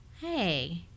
Hey